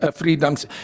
freedoms